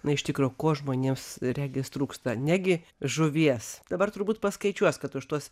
na iš tikro kuo žmonėms regis trūksta negi žuvies dabar turbūt paskaičiuos kad už tuos